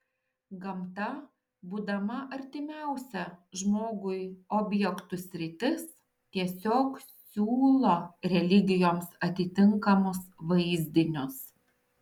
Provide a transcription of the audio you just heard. gamta būdama artimiausia žmogui objektų sritis tiesiog siūlo religijoms atitinkamus vaizdinius